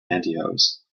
pantyhose